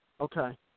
Okay